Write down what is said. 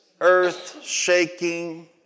earth-shaking